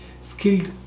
Skilled